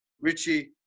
Richie